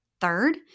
Third